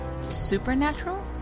supernatural